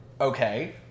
okay